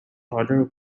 other